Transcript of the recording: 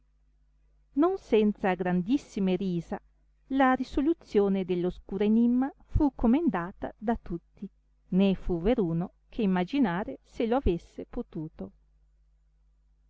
non senza grandissime risa la risoluzione dell oscuro enimma fu comendata da tutti né fu veruno che imaginare se lo avesse potuto